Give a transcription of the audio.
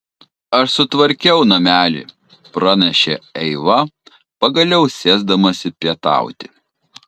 aš sutvarkiau namelį pranešė eiva pagaliau sėsdamasi pietauti